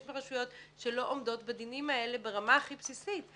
יש ברשויות שלא עומדות בדינים האלה ברמה הכי בסיסית,